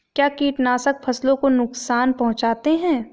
क्या कीटनाशक फसलों को नुकसान पहुँचाते हैं?